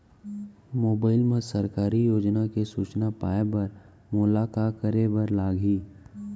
mobile मा सरकारी योजना के सूचना पाए बर मोला का करे बर लागही